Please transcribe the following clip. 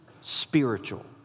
spiritual